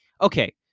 Okay